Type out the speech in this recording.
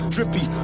Drippy